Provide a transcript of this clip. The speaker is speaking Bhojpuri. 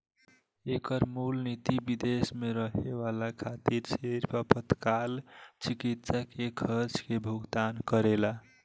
एकर मूल निति विदेश में रहे वाला खातिर सिर्फ आपातकाल चिकित्सा के खर्चा के भुगतान करेला